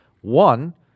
One